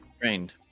Trained